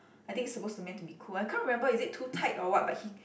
I think it's supposed to meant to be cool I can't remember is it too tight or what but he